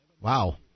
Wow